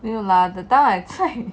没有啦 that time I try